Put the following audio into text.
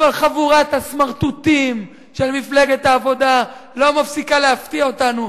אבל חבורת הסמרטוטים של מפלגת העבודה לא מפסיקה להפתיע אותנו,